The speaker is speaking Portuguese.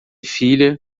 filha